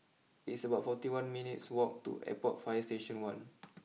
it's about forty one minutes walk to Airport fire Station one